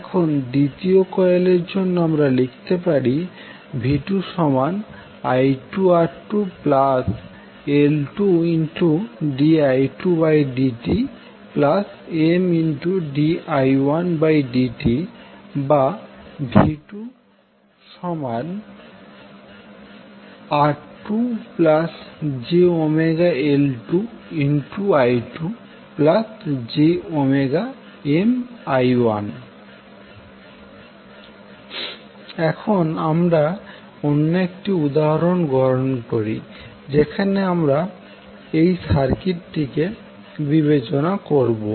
এখন দ্বিতীয় কয়েলের জন্য আমরা লিখতে পারি v2i2R2L2di2dtMdi1dtV2R2jωL2I2jωMI1 এখন আমরা অন্য একটি উদাহরণ গ্রহণ করি যেখানে আমরা এই সার্কিটটিকে বিবেচনা করবো